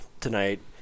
tonight